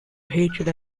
hatred